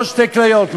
לא שתי כליות,